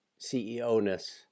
CEO-ness